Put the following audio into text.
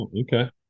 okay